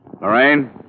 Lorraine